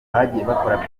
bakora